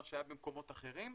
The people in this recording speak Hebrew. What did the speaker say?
מאשר היה במקומות אחרים.